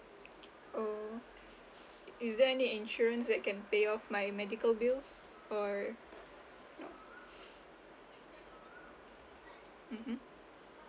oh is there any insurance that can pay off my medical bills or mmhmm